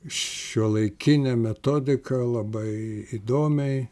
šiuolaikine metodika labai įdomiai